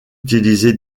utilisé